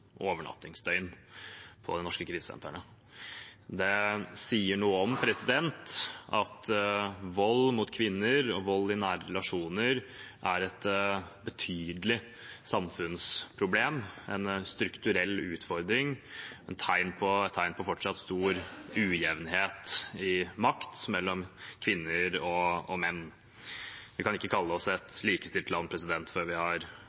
overnattingsdøgn på de norske krisesentrene. Det sier noe om at vold mot kvinner og vold i nære relasjoner er et betydelig samfunnsproblem, en strukturell utfordring og et tegn på fortsatt stor ujevnhet i makt mellom kvinner og menn. Vi kan ikke kalle oss et likestilt land før vi har